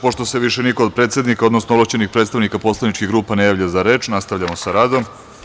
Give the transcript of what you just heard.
Pošto se više niko od predsednika, odnosno ovlašćenih predstavnika poslaničkih grupa ne javlja za reč, nastavljamo sa radom.